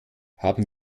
haben